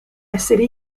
essere